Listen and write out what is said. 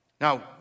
Now